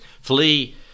flee